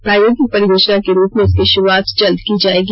प्रायोगिक परियोजना के रूप में इसकी शुरूआत जल्द की जाएगी